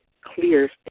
clear